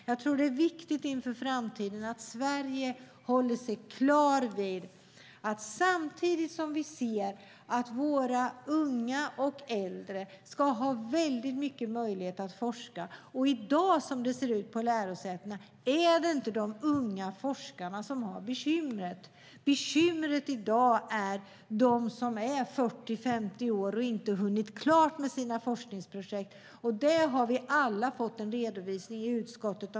Jag tror att det är viktigt inför framtiden att vi i Sverige är klara över att samtidigt som vi vill att våra unga och äldre ska ha stora möjligheter att forska är det inte de unga forskarna som har bekymmer, som det ser ut i dag på lärosätena. Bekymmer har de som i dag är 40-50 år och inte har hunnit göra klart sina forskningsprojekt. Vi har alla i utskottet fått en redovisning av det.